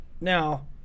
Now